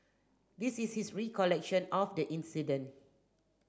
this is his recollection of the incident